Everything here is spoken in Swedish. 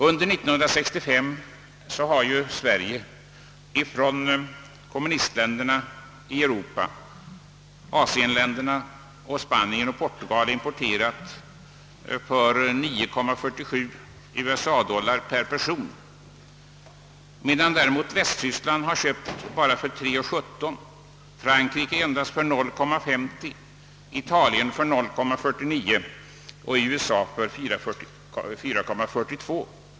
Under 1965 har Sverige från kommunistländerna i Europa, från Asien, Spanien och Portugal importerat för 9,47 USA-dollar per person, medan däremot Västtyskland har köpt bara för 3,17 dollar, Frankrike för 0,50, Italien för 0,49 och USA för 4,42.